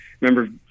Remember